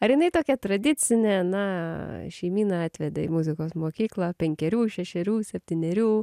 ar jinai tokia tradicinė na šeimyna atvedė į muzikos mokyklą penkerių šešerių septynerių